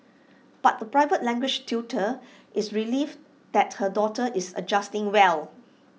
but the private language tutor is relieved that her daughter is adjusting well